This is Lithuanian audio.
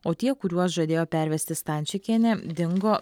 o tie kuriuos žadėjo pervesti stančikienė dingo